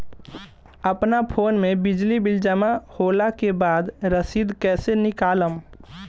अपना फोन मे बिजली बिल जमा होला के बाद रसीद कैसे निकालम?